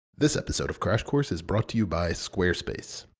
this episode of crash course is brought to you by squarespace.